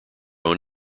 own